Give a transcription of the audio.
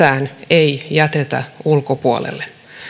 ei jätetä ulkopuolelle